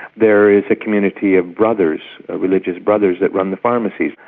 there is a community of brothers, religious brothers, that run the pharmacies.